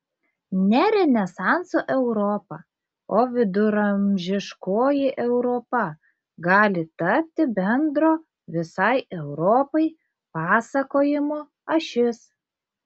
ne renesanso europa o viduramžiškoji europa gali tapti bendro visai europai pasakojimo ašis